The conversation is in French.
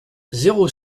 zéro